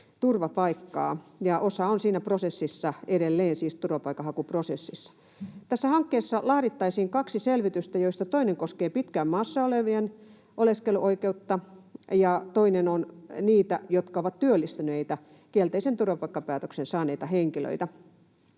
turvapaikkaa. Osa on siinä prosessissa edelleen, siis turvapaikanhakuprosessissa. Tässä hankkeessa laadittaisiin kaksi selvitystä, joista toinen koskee pitkään maassa olevien oleskeluoikeutta ja toinen niitä, jotka ovat työllistyneitä kielteisen turvapaikkapäätöksen saaneita henkilöitä.